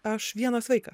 aš vienas vaikas